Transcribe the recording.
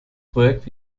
projekt